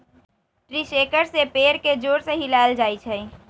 tree shaker से पेड़ के जोर से हिलाएल जाई छई